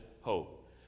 hope